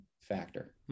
factor